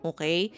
Okay